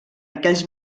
aquells